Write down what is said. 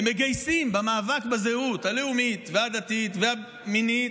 הם מגייסים במאבק בזהות הלאומית והדתית והפנימית,